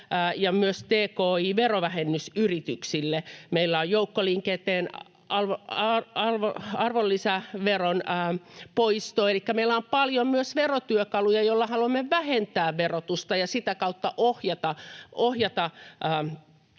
myös tki-verovähennys yrityksille. Meillä on joukkoliikenteen arvonlisäveron poisto. Elikkä meillä on paljon myös verotyökaluja, joilla haluamme vähentää verotusta ja sitä kautta ohjata sitä,